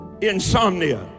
Insomnia